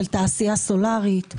של תעשייה סולרית.